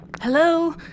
Hello